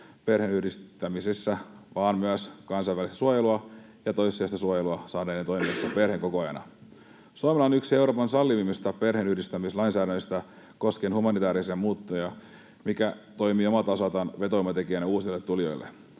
perheenyhdistämisessä, vaan myös kansainvälistä suojelua ja toissijaista suojelua saaneiden toimiessa perheenkokoajana. Suomella on yksi Euroopan sallivimmista perheenyhdistämislainsäädännöistä koskien humanitäärisiä muuttoja, mikä toimii omalta osaltaan vetovoimatekijänä uusille tulijoille.